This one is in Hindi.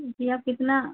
जी आप कितना